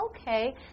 Okay